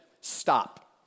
stop